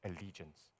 Allegiance